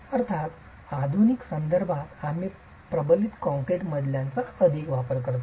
अर्थात आधुनिक संदर्भात आम्ही प्रबलित कंक्रीटच्या मजल्यांचा अधिक वापर करतो